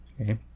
okay